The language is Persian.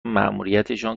ماموریتشان